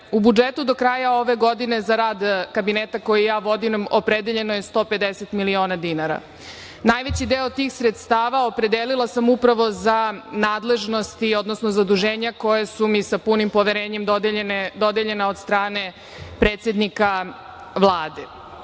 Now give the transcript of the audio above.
u budžetu do kraja ove godine za rad kabineta koji ja vodim opredeljeno je 150 miliona dinara. Najveći deo tih sredstava opredelila sam upravo za nadležnosti, odnosno zaduženja koja su mi sa punim poverenjem dodeljena od strane predsednika Vlade.U